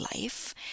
life